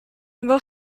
mort